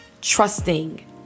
Trusting